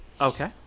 Okay